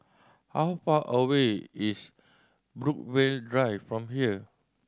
how far away is Brookvale Drive from here